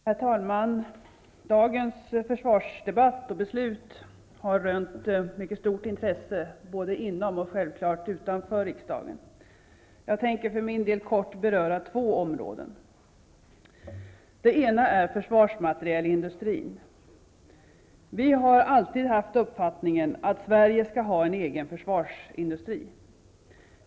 Herr talman! Dagens försvarsdebatt och beslut röner mycket stort intresse, både inom och självklart utanför riksdagen. Jag tänker för min del kort beröra två områden. Det första är försvarsmaterielindustrin. Personligen har jag alltid haft uppfattningen att Sverige skall ha en egen försvarsindustri.